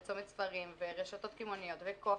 צומת ספרים, רשתות קמעוניות, קופיקס,